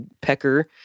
Pecker